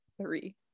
three